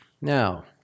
Now